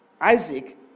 Isaac